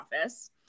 office